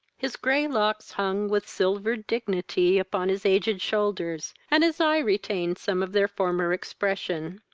his grey locks hung with silvered dignity upon his aged shoulders, and his eye retained some of their former expression.